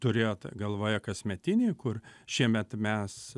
turėjote galvoje kasmetinį kur šiemet mes